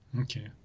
Okay